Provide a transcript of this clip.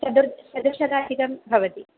चदुर् चतुर्शताधिकं भवति